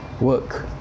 work